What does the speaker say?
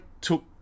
took